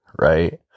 right